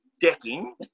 decking